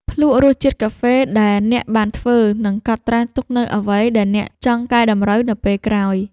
ភ្លក្សរសជាតិកាហ្វេដែលអ្នកបានធ្វើ និងកត់ត្រាទុកនូវអ្វីដែលអ្នកចង់កែតម្រូវនៅពេលក្រោយ។